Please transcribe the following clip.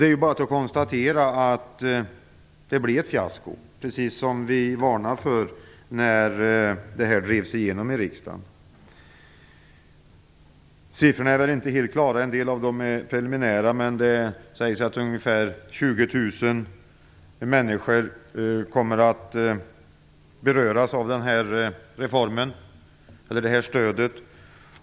Det är bara att konstatera att det blev ett fiasko, precis som vi varnade för när förslaget drevs igenom i riksdagen. En del av siffrorna är preliminära, men det sägs att ungefär 20 000 människor kommer att beröras av det här stödet.